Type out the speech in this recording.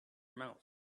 mouth